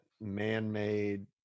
man-made